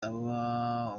aba